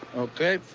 okay.